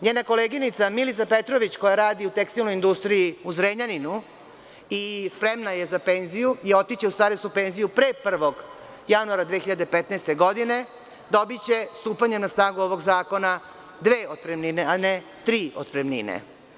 Njena koleginica Milica Petrović, koja radi u tekstilnoj industriji u Zrenjaninu i spremna je za penziju i otići će u starosnu penziju pre prvog januara 2015. godine, dobiće, stupanjem na snagu ovog zakona, dve otpremnine, a ne tri otpremnine.